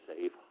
safe